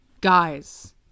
guys